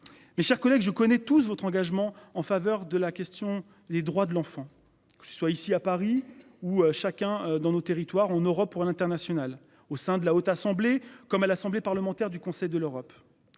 Mes chers collègues, je connais tous votre engagement en faveur de la question des droits de l'enfant, que ce soit ici à Paris où chacun dans nos territoires en Europe pour l'international au sein de la Haute Assemblée comme à l'Assemblée parlementaire du Conseil de l'Europe.